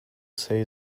say